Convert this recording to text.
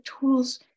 tools